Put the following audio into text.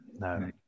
No